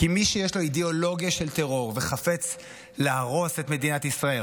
כי מי שיש לו אידיאולוגיה של טרור וחפץ להרוס את מדינת ישראל,